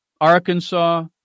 Arkansas